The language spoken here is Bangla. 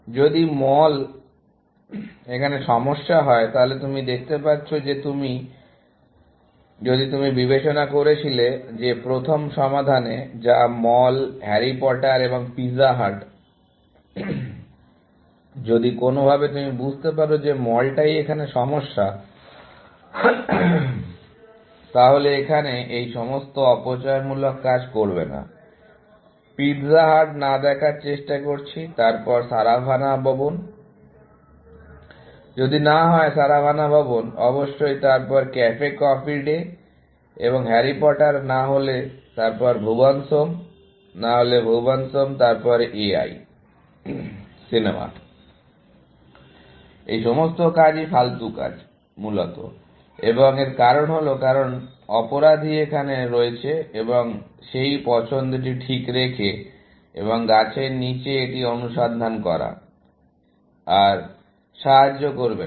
যদি মল এখানে সমস্যা হয় তাহলে তুমি দেখতে পাচ্ছ যে যদি তুমি বিবেচনা করেছিলে যে প্রথম সমাধানে যা মল হ্যারি পটার এবং পিজা হাট যদি কোনভাবে তুমি বুঝতে পারো যে মলটাই এখানে সমস্যা তাহলে এখানে এই সমস্ত অপচয়মূলক কাজ করবে না পিৎজা হাট না দেখার চেষ্টা করছি তারপর সারাভানা ভবন যদি না হয় সারাভানা ভবন অবশ্যই তারপর ক্যাফে কফি ডে এবং হ্যারি পটার না হলে তারপর ভুবন'স হোম না হলে ভুবন'স হোম তারপর A I সিনেমা এই সমস্ত কাজই ফালতু কাজ মূলত এবং এর কারণ হল কারণ অপরাধী এখানে রয়েছে এবং সেই পছন্দটি ঠিক রেখে এবং গাছের নীচে এটি অনুসন্ধান করা আর সাহায্য করবে না